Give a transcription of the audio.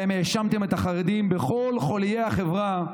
שבו האשמתם את החרדים בכל חוליי החברה,